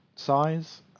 size